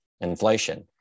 inflation